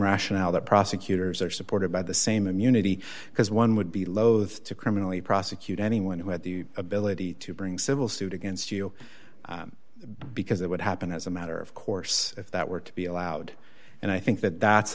rationale that prosecutors are supported by the same immunity because one would be loath to criminally prosecute anyone who had the ability to bring civil suit against you because it would happen as a matter of course if that were to be allowed and i think that that's